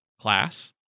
class